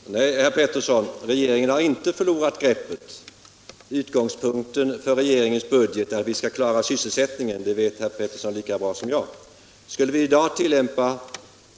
Herr talman! Nej, herr Pettersson i Malmö, regeringen har inte förlorat greppet. Utgångspunkten för regeringens budget är att vi skall klara sysselsättningen. Det vet herr Pettersson lika bra som jag. Skulle vi i dag tillämpa